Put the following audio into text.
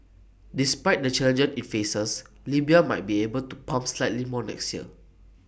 despite the challenges IT faces Libya might be able to pump slightly more next year